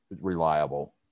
reliable